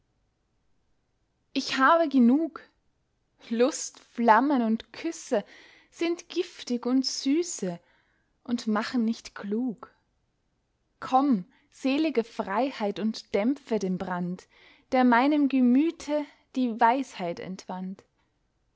ich habe genug lust flammen und küsse sind giftig und süße und machen nicht klug komm selige freiheit und dämpfe den brand der meinem gemüte die weisheit